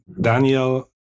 Daniel